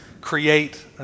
create